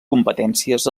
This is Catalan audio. competències